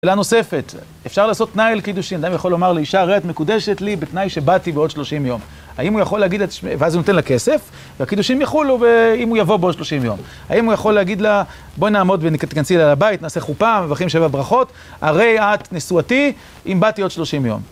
שאלה נוספת, אפשר לעשות תנאי על קידושים, די מיכול לומר לאישה, הרי את מקודשת לי בתנאי שבאתי בעוד 30 יום האם הוא יכול להגיד, ואז הוא נותן לה כסף, והקידושים יכולו ואם הוא יבוא בעוד 30 יום האם הוא יכול להגיד לה, בואי נעמוד ונכנסי לבית, נעשה חופה, מבחין שבע ברכות, הרי את נשואתי אם באתי עוד 30 יום